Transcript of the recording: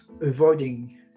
avoiding